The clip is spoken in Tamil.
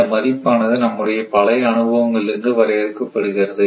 இந்த மதிப்பானது நம்முடைய பழைய அனுபவங்களிலிருந்து வரையறுக்கப்படுகிறது